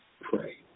pray